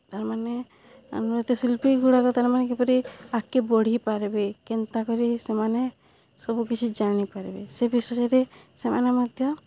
ତାର୍ମାନେ ନୃତ୍ୟଶିଳ୍ପୀଗୁଡ଼ାକ ତାର୍ମାନେ କିପରି ଆଗ୍କେ ବଢ଼ିପାର୍ବେ କେନ୍ତା କରି ସେମାନେ ସବୁ କିଛି ଜାଣିପାର୍ବେ ସେ ବିଷୟରେ ସେମାନେ ମଧ୍ୟ